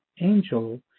angel